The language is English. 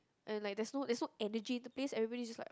and like there's no there's no energy to please everybody just like